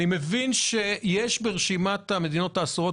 אני מבין שיש ברשימת המדינות האסורות,